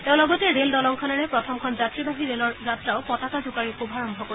তেওঁ লগতে ৰে'ল দলংখনেৰে প্ৰথমখন যাত্ৰীবাহী ৰেলৰ যাত্ৰাও পতাকা জোকাৰি শুভাৰম্ভ কৰিব